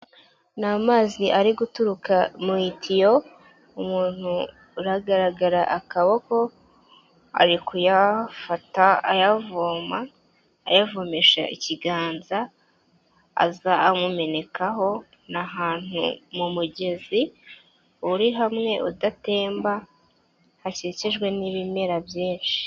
Ni amazi ari guturuka mu itiyo umuntu uragaragara akaboko, ari kuyafata ayavoma ayavomesha ikiganza aza amumekaho, ni ahantu mu mugezi uri hamwe udatemba hakikijwe n'ibimera byinshi.